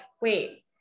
wait